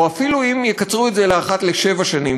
אפילו אם יקצרו את זה לאחת לשבע שנים,